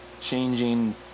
changing